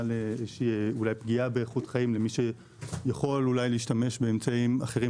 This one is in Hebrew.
לאיזושהי פגיעה באיכות חיים למי שיכול אולי להשתמש באמצעים אחרים,